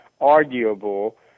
arguable